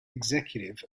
executive